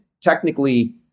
technically